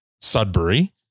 Sudbury